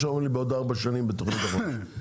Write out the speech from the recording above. אומרים לי בעוד ארבע שנים בתוכנית החומש.